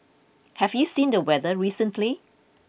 have you seen the weather recently